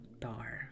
Bar